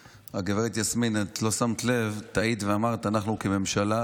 לב, טעית ואמרת: אנחנו כממשלה.